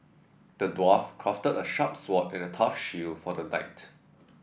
the dwarf crafted a sharp sword and a tough shield for the knight